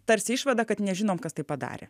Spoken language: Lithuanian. tarsi išvada kad nežinom kas tai padarė